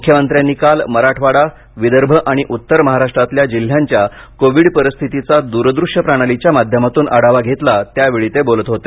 मुख्यमंत्र्यांनी काल मराठवाडा विदर्भ आणि उत्तर महाराष्ट्रातल्या जिल्ह्यांच्या कोविड परिस्थितीचा द्रदृष्य प्रणालीच्या माध्यमातून आढावा घेतला त्यावेळी ते बोलत होते